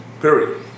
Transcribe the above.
Period